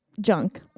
junk